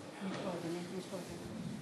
המדינה ויושב-ראש הכנסת.)